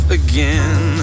again